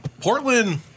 Portland